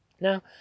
Now